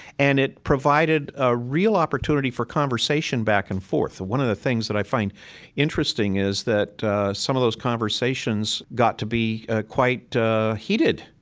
and it provided a real opportunity for conversation back and forth. and one of the things that i find interesting is that some of those conversations got to be ah quite heated.